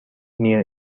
near